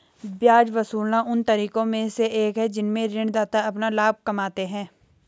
ब्याज वसूलना उन तरीकों में से एक है जिनसे ऋणदाता अपना लाभ कमाते हैं